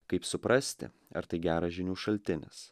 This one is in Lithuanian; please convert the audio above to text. kaip suprasti ar tai geras žinių šaltinis